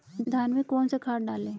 धान में कौन सा खाद डालें?